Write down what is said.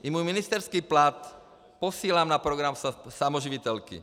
I můj ministerský plat posílám na program samoživitelky.